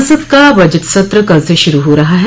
संसद का बजट सत्र कल से शुरू हो रहा है